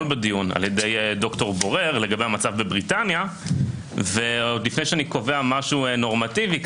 בדיון על ידי ד"ר בורר לגבי המצב בבריטניה ולפני שאני קובע משהו נורמטיבי,